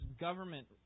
government